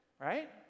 right